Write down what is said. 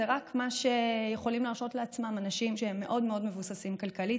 זה מה שיכולים להרשות לעצמם רק אנשים שהם מאוד מאוד מבוססים כלכלית,